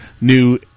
new